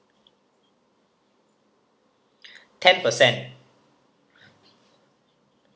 ten per cent